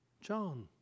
John